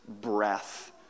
breath